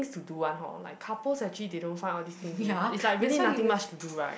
to do one hor like couples actually they don't find all these thing to do is like really nothing much to do right